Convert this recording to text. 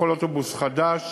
שבכל אוטובוס חדש